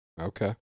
Okay